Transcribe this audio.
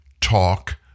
talk